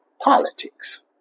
politics